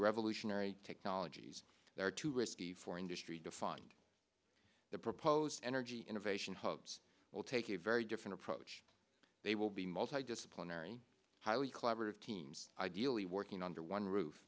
revolutionary technologies that are too risky for industry to fund the proposed energy innovation hubs will take a very different approach they will be multi disciplinary highly collaborative teams ideally working under one roof